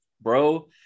bro